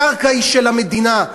הקרקע היא של המדינה.